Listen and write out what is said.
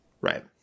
Right